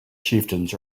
chieftains